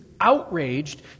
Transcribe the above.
outraged